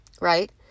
right